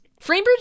Framebridge